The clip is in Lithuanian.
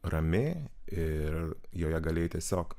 rami ir joje galėjai tiesiog